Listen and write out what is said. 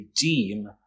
redeem